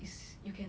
is you can